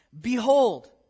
Behold